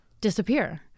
disappear